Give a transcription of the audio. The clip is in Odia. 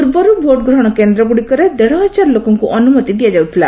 ପୂର୍ବରୁ ଭୋଟ୍ଗ୍ରହଣ କେନ୍ଦ୍ର ଗୁଡ଼ିକରେ ଦେଢ଼ହଜାର ଲୋକଙ୍କୁ ଅନ୍ତମତି ଦିଆଯାଉଥିଲା